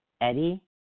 Eddie